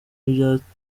n’ibyanditse